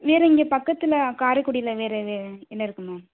வேறு இங்கே பக்கத்தில் காரைக்குடியில் வேறு இது என்ன இருக்குது மேம்